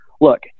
Look